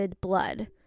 blood